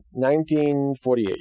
1948